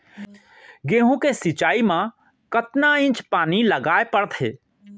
गेहूँ के सिंचाई मा कतना इंच पानी लगाए पड़थे?